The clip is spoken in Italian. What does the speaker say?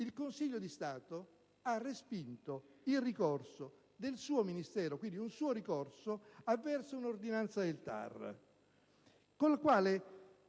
Il Consiglio di Stato ha respinto il ricorso del suo Ministero, quindi un suo ricorso, avverso un'ordinanza del TAR, con il quale